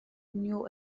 new